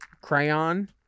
crayon